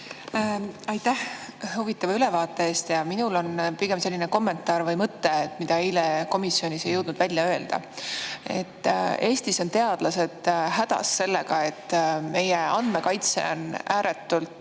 Aitäh huvitava ülevaate eest! Minul on pigem kommentaar või mõte, mida eile komisjonis ei jõudnud välja öelda. Eestis on teadlased hädas sellega, et meie andmekaitse on ääretult